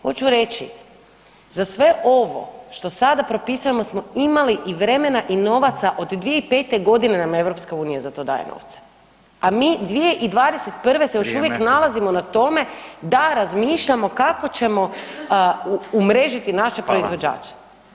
Hoću reći, za sve ono što sada propisujemo smo imali i vremena i novaca od 2005. g. nam EU za to daje novce a mi 2021. se još uvijek nalazimo [[Upadica Radin: Vrijeme.]] na tome da razmišljamo kako ćemo umrežiti naše proizvođače?